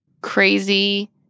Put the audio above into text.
crazy